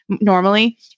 normally